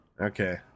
okay